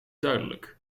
duidelijk